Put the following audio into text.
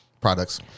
products